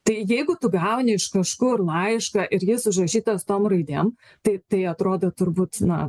tai jeigu tu gauni iš kažkur laišką ir jis užrašytas tom raidėm tai tai atrodo turbūt na